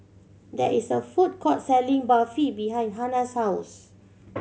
there is a food court selling Barfi behind Hannah's house